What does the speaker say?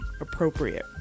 appropriate